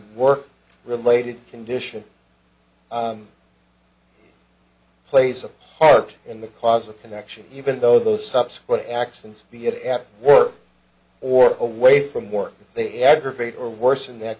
work related condition plays a part in the cause of connection even though the subsequent actions be it at work or away from work they aggravate or worse in that